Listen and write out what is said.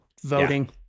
voting